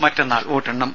മറ്റന്നാൾ വോട്ടെണ്ണും